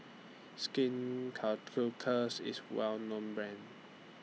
Skin Ceuticals IS A Well known Brand